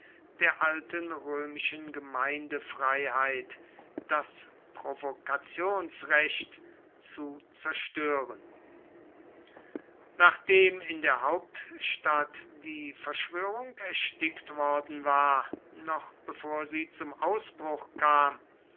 der alten römischen gemeindefreiheit das provokationsrecht zu zerstören nachdem in der hauptstadt die verschwörung erstickt worden war noch bevor sie zum ausbruch kam